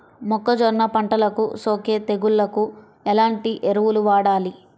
మొక్కజొన్న పంటలకు సోకే తెగుళ్లకు ఎలాంటి ఎరువులు వాడాలి?